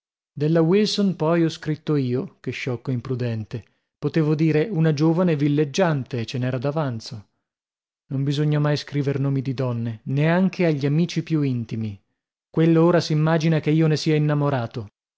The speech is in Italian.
della wilson poi ho scritto io che sciocco imprudente potevo dire una giovane villeggiante e ce n'era d'avanzo non bisogna mai scriver nomi di donne neanche agli amici più intimi quello ora s'immagina che io ne sia innamorato